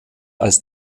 als